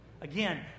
Again